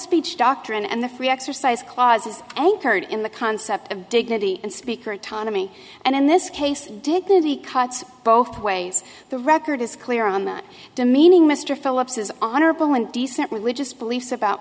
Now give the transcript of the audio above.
speech doctrine and the free exercise clause is anchored in the concept of dignity and speaker autonomy and in this case dignity cuts both ways the record is clear on that demeaning mr philips is honorable and decent religious beliefs about